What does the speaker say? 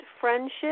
friendship